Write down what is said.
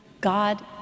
God